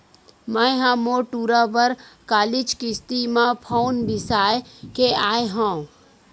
मैय ह मोर टूरा बर कालीच किस्ती म फउन बिसाय के आय हँव